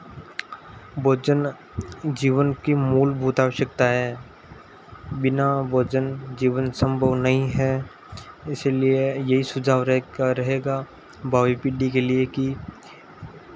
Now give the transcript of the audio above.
भोजन जीवन की मूलभूत आवश्यकता है बिना भोजन जीवन सम्भव नहीं है इसीलिए यही सुझाव रहे का रहेगा भावी पीढ़ी के लिए कि